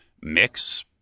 mix